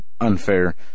unfair